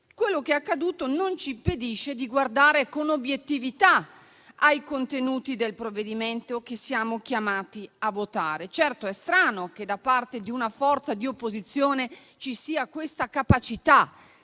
quello che è accaduto non ci impedisce di guardare con obiettività ai contenuti del provvedimento che siamo chiamati a votare. Certo, è strano che da parte di una forza di opposizione ci sia questa capacità